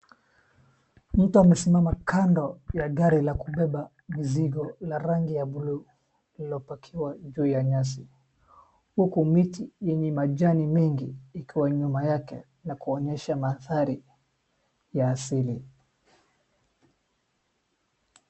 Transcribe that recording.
Mtu amesimama kando ya gari la kubeba mzigo la rangi ya bulu lililopakiwa juu ya nyasi huku miti yenye majani mengi ikiwa nyuma yake na kuonyesha mathari ya asili.